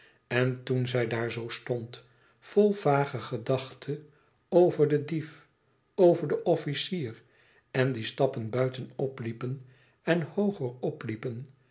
en toen zij daar zoo stond vol vage gedachte over den dief over den officier en die stappen buiten opliepen en hooger opliepen